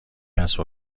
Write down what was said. کسب